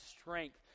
strength